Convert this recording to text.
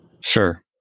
Sure